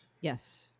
Yes